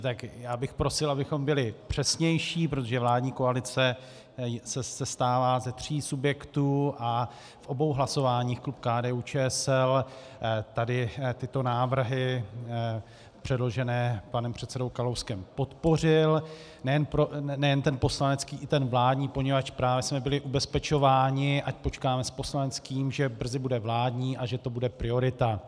Tak já bych prosil, abychom byli přesnější, protože vládní koalice sestává ze tří subjektů a v obou hlasováních klub KDUČSL tady tyto návrhy předložené panem předsedou Kalouskem podpořil nejen ten poslanecký, ale i ten vládní, poněvadž právě jsme byli ubezpečováni, ať počkáme s poslaneckým, že brzy bude vládní a že to bude priorita.